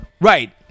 Right